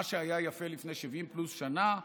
מה שהיה יפה לפני 70 שנה פלוס,